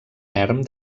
erm